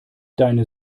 deine